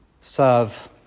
serve